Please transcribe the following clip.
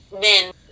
men